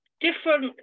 different